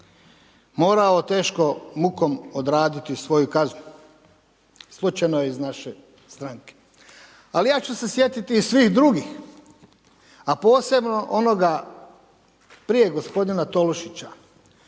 morao teškom mukom odraditi svoju kaznu. Slučajno je iz naše stranke. Ali ja ću se sjetiti i svih drugih, a posebno onoga prije gospodina Tolušića.